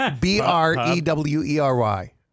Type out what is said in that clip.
B-R-E-W-E-R-Y